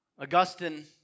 Augustine